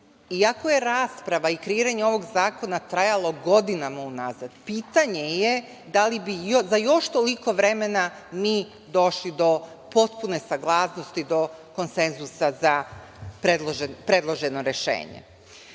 iako je rasprava i kreiranje ovog zakona trajalo godinama unazad pitanje je da li bi za još toliko vremena mi došli do potpune saglasnosti do konsenzusa za predloženo rešenje.Međutim,